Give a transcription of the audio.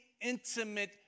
intimate